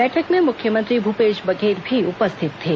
बैठक में मुख्यमंत्री भूपेश बघेल भी उपस्थित थे